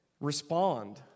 respond